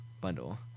Bundle